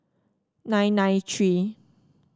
nine nine three